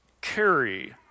carry